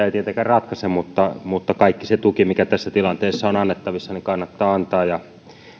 ei tietenkään ratkaise mutta mutta kaikki se tuki mikä tässä tilanteessa on annettavissa kannattaa antaa ja